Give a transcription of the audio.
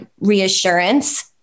reassurance